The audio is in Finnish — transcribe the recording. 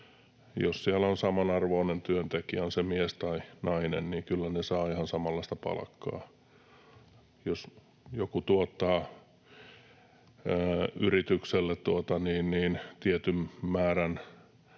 jos siellä on samanarvoinen työntekijä, on se mies tai nainen, niin kyllä he saavat ihan samanlaista palkkaa. Jos joku tuottaa yritykselle tietyn määrän